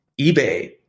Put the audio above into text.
eBay